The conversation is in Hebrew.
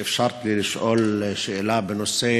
שאפשרתי לי לשאול שאלה בנושא